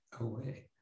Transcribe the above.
away